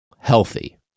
healthy